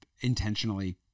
intentionally